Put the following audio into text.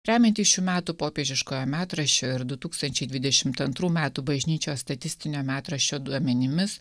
remiantis šių metų popiežiškojo metraščio ir du tūkstančiai dvidešimt antrų metų bažnyčios statistinio metraščio duomenimis